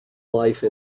life